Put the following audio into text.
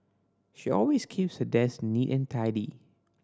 she always keeps her desk neat and tidy